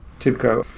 tibco.